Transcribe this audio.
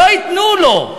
לא ייתנו לו,